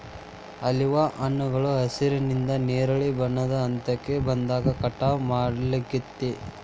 olive ಹಣ್ಣುಗಳು ಹಸಿರಿನಿಂದ ನೇರಳೆ ಬಣ್ಣದ ಹಂತಕ್ಕ ಬಂದಾಗ ಕಟಾವ್ ಮಾಡ್ಲಾಗ್ತೇತಿ